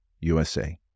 USA